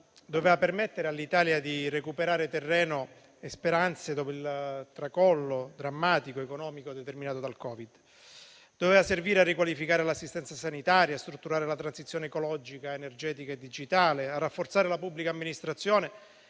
doveva permettere all'Italia di recuperare terreno e speranze, dopo il drammatico tracollo economico determinato dal Covid. Doveva servire a riqualificare l'assistenza sanitaria, a strutturare la transizione ecologica, energetica e digitale, a rafforzare la pubblica amministrazione,